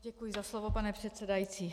Děkuji za slovo, pane předsedající.